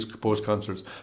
post-concerts